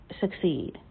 succeed